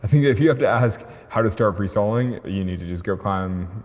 think if you have to ask how to start free soloing, you need to just go climb,